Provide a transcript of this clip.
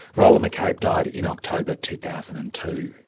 rolah mccabe died in october two thousand and two.